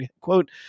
quote